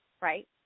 right